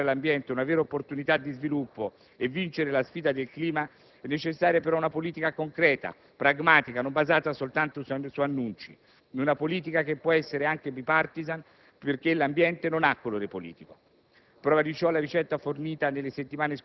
Per avviare questo percorso, che riesca a far diventare l'ambiente una vera opportunità di sviluppo e vincere la sfida del clima, è necessaria però una politica concreta, pragmatica e non basata soltanto su annunci, una politica che può essere anche *bipartisan*, perché l'ambiente non ha colore politico.